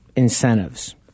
Incentives